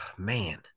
Man